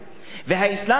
והאסלאם מתייחס לחיות,